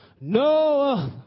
No